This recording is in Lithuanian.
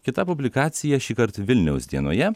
kita publikacija šįkart vilniaus dienoje